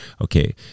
okay